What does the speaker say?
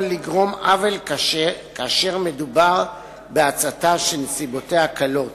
יכולה לגרום לעוול קשה כאשר מדובר בהצתה שנסיבותיה קלות,